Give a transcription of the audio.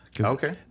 Okay